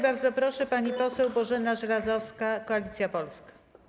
Bardzo proszę, pani poseł Bożena Żelazowska, Koalicja Polska.